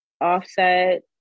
offset